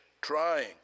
trying